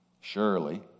Surely